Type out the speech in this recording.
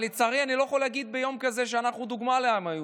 לצערי אני לא יכול להגיד ביום כזה שאנחנו דוגמה לעם היהודי.